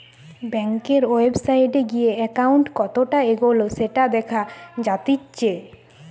বেংকের ওয়েবসাইটে গিয়ে একাউন্ট কতটা এগোলো সেটা দেখা জাতিচ্চে